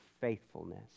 faithfulness